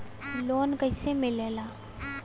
Loan कईसे मिलेला?